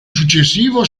successivo